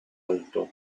alto